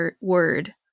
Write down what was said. word